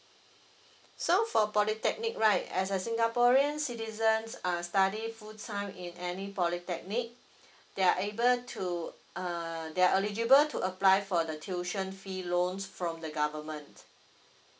so for polytechnic right as a singaporean citizens uh study full time in any polytechnic they are able to uh they are eligible to apply for the tuition fee loans from the government